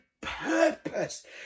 purpose